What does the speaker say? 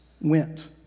went